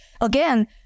again